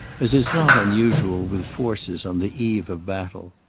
as is not unusual with forces on the eve of battle.